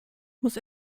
muss